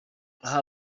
aha